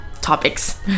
topics